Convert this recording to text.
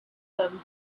them